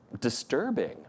disturbing